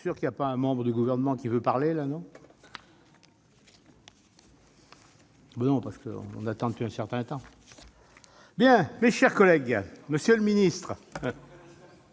de dire, chers collègues, monsieur le ministre,